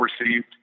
received